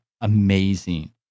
amazing